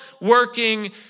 working